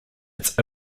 its